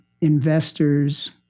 investors